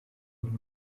ubona